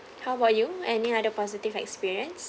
how about you any other positive experience